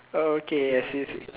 okay I see I see